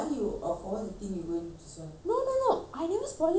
no no no I never spoil it on purpose the thing got spoilt